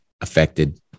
affected